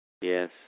Yes